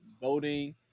voting